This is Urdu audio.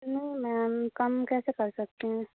نو میم کم کیسے کر سکتے ہیں